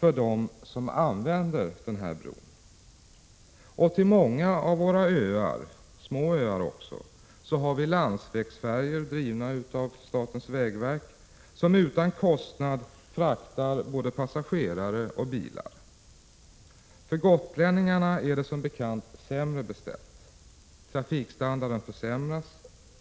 av dem som använder bron. Till många av våra öar — det gäller även små öar — har vi landsvägsfärjor drivna av statens vägverk, vilka utan kostnad fraktar både passagerare och bilar. Men när det gäller gotlänningarna är det som bekant sämre beställt. Trafikstandarden försämras.